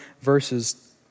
verses